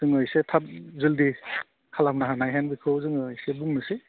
जोङो इसे थाब जल्दि खालामनो हानायहेन बेखौ जोङो एसे बुंनोसै